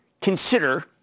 Consider